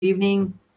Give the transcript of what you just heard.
evening